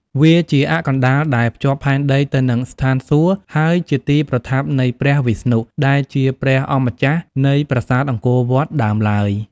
វាជាអ័ក្សកណ្តាលដែលភ្ជាប់ផែនដីទៅនឹងស្ថានសួគ៌ ហើយជាទីប្រថាប់នៃព្រះវិស្ណុ ដែលជាព្រះអម្ចាស់នៃប្រាសាទអង្គរវត្តដើមឡើយ។